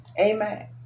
Amen